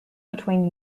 between